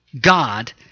God